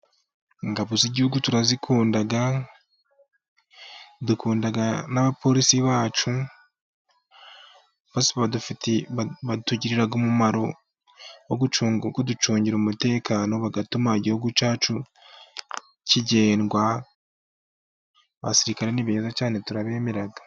Ingabo z'igihugu turazikunda, dukunda n'abapolisi bacu, bose batugirira umumaro wo kuducungira umutekano bagatuma igihugu cyacu kigendwa, abasirikare ni beza cyane turabemera.